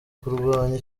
kurwanya